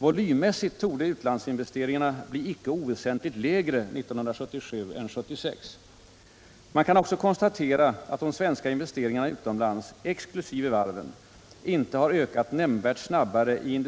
Volymmässigt torde utlandsinvesteringarna bli icke oväsentligt lägre 1977 än 1976. Man kan också konstatera att de svenska investeringarna utomlands exkl. varven inte har ökat nämnvärt snabbare än